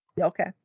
Okay